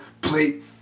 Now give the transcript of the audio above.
plate